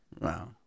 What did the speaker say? Wow